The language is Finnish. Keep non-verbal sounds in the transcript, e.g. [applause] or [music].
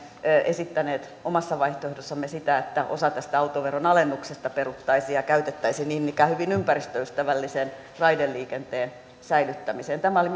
esittäneet omassa vaihtoehdossamme sitä että osa tästä autoveron alennuksesta peruttaisiin ja käytettäisiin niin ikään hyvin ympäristöystävällisen raideliikenteen säilyttämiseen tämä oli [unintelligible]